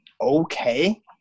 okay